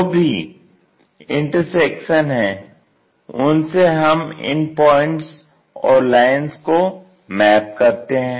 जो भी इंटरसेक्शन हैं उनसे हम इन प्वाइंट्स और लाइंस को मैप करते हैं